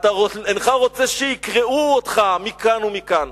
אינך רוצה שיקרעו אותך מכאן ומכאן.